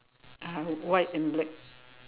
(uh huh) white and black